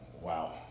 Wow